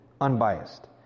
unbiased